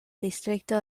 distrikto